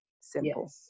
Simple